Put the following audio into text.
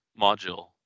module